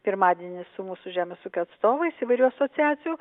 pirmadienį su mūsų žemės ūkio atstovais įvairių asociacijų